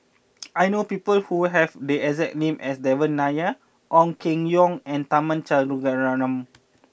I know people who have the exact name as Devan Nair Ong Keng Yong and Tharman Shanmugaratnam